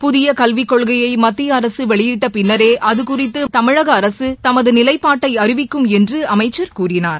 புதிய கல்விக்கொள்கையை மத்திய அரசு வெளியிட்ட பின்னரே அதுகுறித்து தமிழக அரசு தமது நிலைப்பாட்டை அறிவிக்கும் என்று அமைச்சர் கூறினார்